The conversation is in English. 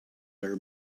are